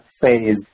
phase